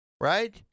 right